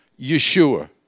Yeshua